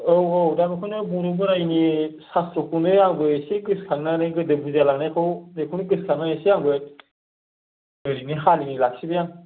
औ औ दा बेखौनो बर' बोरायनि सास्त्रखौनो आंबो एसे गोसखांनानै गोदो बुजायलांनायखौ बेखौनो गोसखांनानै एसे आंबो ओरैनो हालिनै लाखिबाय आं